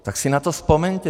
Tak si na to vzpomeňte.